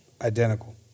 identical